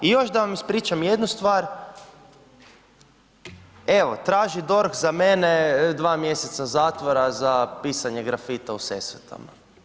I još da vam ispričam jednu stvar, evo, traži DORH za mene dva mjeseca zatvora za pisanje grafita u Sesvetama.